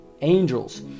angels